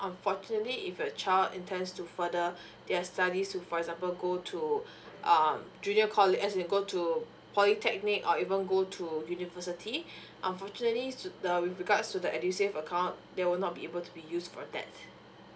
unfortunately if your child intends to further their studies to for example go to um junior college as in go to polytechnic or even go to university unfortunately su~ uh with regards to the edusave account they will not be able to be used for that